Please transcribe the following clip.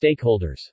stakeholders